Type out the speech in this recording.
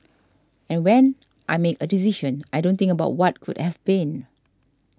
and when I make a decision I don't think about what could have been